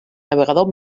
navegador